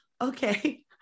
okay